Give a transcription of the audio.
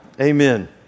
Amen